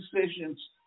decisions